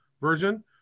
version